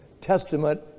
Testament